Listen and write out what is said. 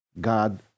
god